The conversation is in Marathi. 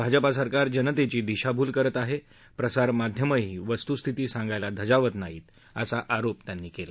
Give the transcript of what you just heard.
भाजपा सरकार जनतेची दिशाभूल करत आहे प्रसारमाध्यमंही वस्तुस्थिती सांगायला धजावत नाहीत असा आरोप त्यांनी केला